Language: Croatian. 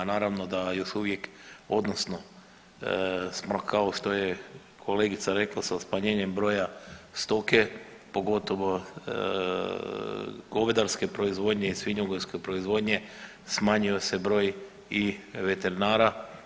Naravno da još uvijek odnosno smo kao što je kolegica rekla sa smanjenjem broja stoke pogotovo govedarske proizvodnje i svinjogojske proizvodnje smanjio se broj i veterinara.